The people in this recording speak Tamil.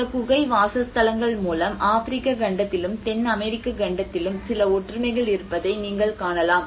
இந்த குகை வாசஸ்தலங்கள் மூலம் ஆப்பிரிக்க கண்டத்திலும் தென் அமெரிக்க கண்டத்திலும் சில ஒற்றுமைகள் இருப்பதை நீங்கள் காணலாம்